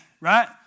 right